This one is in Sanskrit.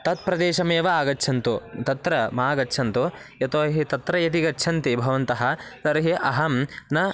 तत् प्रदेशमेव आगच्छन्तु तत्र मा गच्छन्तु यतो हि तत्र यदि गच्छन्ति भवन्तः तर्हि अहं न